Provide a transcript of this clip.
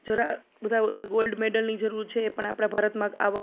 જરા બધા બધા ગોલ્ડ મેડલની જરૂર છે એ પણ આપણા ભારતમાં આ